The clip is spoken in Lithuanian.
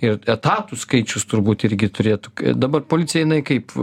ir etatų skaičius turbūt irgi turėtų dabar policija jinai kaip